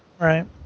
Right